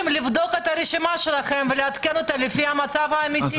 לבדוק את הרשימה שלכם ולעדכן אותה לפי המצב האמיתי.